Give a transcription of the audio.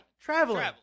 traveling